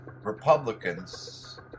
Republicans